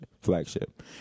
flagship